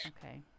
Okay